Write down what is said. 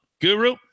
Guru